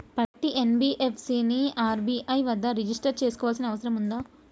పత్తి ఎన్.బి.ఎఫ్.సి ని ఆర్.బి.ఐ వద్ద రిజిష్టర్ చేసుకోవాల్సిన అవసరం ఉందా?